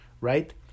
Right